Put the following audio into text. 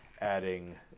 adding